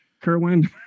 Kerwin